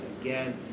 again